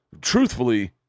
truthfully